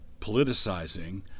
politicizing